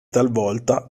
talvolta